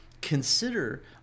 consider